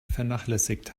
vernachlässigt